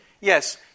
yes